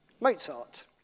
Mozart